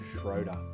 Schroeder